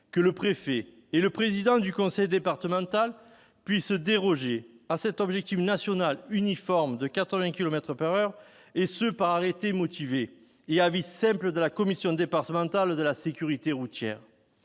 que le préfet et le président du conseil départemental puissent déroger à cet objectif national uniforme de 80 kilomètres par heure, par arrêté motivé et après avis de la commission départementale de la sécurité routière.